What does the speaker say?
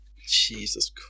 Jesus